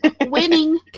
Winning